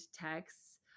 texts